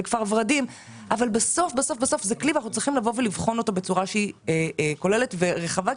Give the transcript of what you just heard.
בסוף זה כלי שאנחנו צריכים לבחון בצורה כוללת ורחבה,